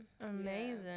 Amazing